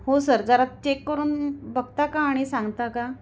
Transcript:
हो सर जरा चेक करून बघता का आणि सांगता का